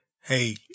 hey